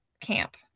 camp